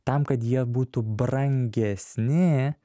tam kad jie būtų brangesni